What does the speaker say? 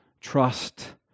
trust